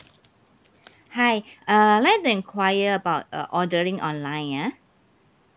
hi uh I'd like to enquire about uh ordering online ah